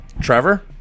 Trevor